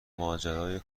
ماجرای